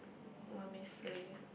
let me see